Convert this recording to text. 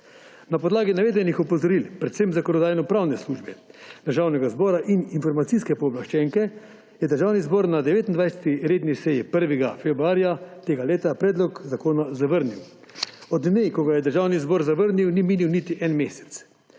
Na podlagi navedenih opozoril, predvsem Zakonodajno-pravne službe Državnega zbora in informacijske pooblaščenke, je Državni zbor na 29. seji 1. februarja 2022 predlog zakona zavrnil. Od dne, ko ga je Državni zbor zavrnil, ni minil niti en mesec,